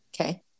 Okay